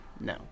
No